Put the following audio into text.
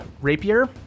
rapier